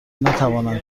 نتوانند